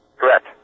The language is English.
Correct